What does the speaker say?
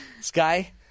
sky